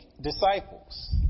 disciples